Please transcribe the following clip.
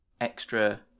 extra